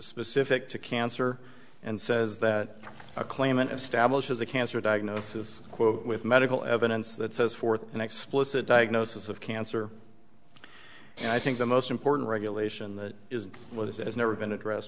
specific to cancer and says that a claimant establishes a cancer diagnosis quote with medical evidence that says fourth an explicit diagnosis of cancer and i think the most important regulation that is what is it has never been addressed